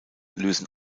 lösen